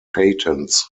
patents